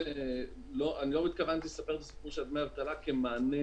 לא התכוונתי לספר על דמי האבטלה כמענה